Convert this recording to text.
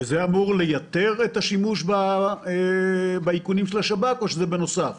וזה אמור לייתר את השימוש באיכונים של השב"כ או שזה בנוסף?